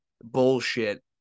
bullshit